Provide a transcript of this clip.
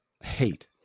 hate